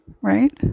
Right